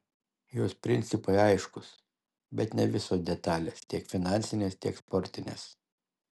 jos principai aiškūs bet ne visos detalės tiek finansinės tiek sportinės